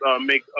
make